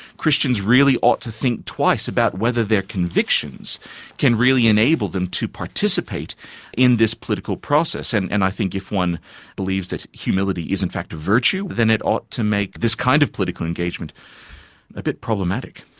christians really ought to think twice about whether their convictions can really enable them to participate in this political process, and and i think if one believes that humility is in fact a virtue then it ought to make this kind of political engagement a bit problematic.